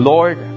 Lord